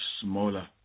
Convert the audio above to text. smaller